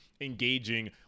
engaging